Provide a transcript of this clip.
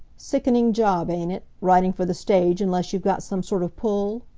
sickening job, ain't it, writing for the stage unless you've got some sort of pull?